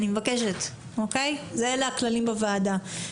אלה הכללים בוועדה.